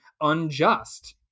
unjust